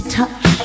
touch